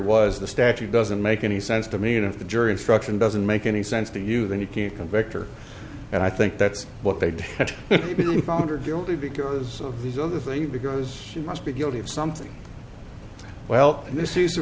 was the statute doesn't make any sense to me and if the jury instruction doesn't make any sense to you then you can't convict her and i think that's what they did foundered your only because of these other thing because you must be guilty of something well this use